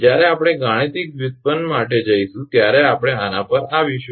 જ્યારે આપણે ગાણિતિક વ્યુત્પન્ન માટે જઈશું ત્યારે આપણે આના પર આવીશું